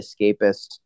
escapist